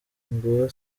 nguwo